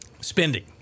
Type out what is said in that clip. spending